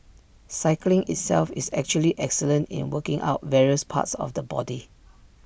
cycling itself is actually excellent in working out various parts of the body